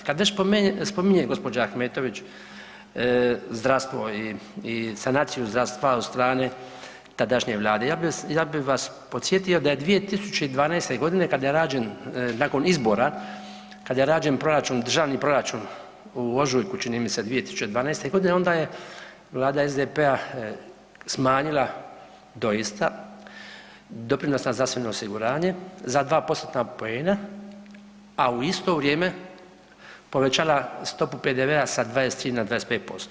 Kad već spominje gđa. Ahmetović zdravstvo i sanaciju zdravstva od strane tadašnje Vlade, ja bih vas podsjetio da je 2012. g. kada je rađen nakon izbora, kada je rađen proračun, državni proračun u ožujku, čini mi se, 2012. g. onda je Vlada SDP-a smanjila doista doprinos za zdravstveno osiguranje za 2%-tna poena, a u isto vrijeme povećala stopu PDV-a sa 23 na 25%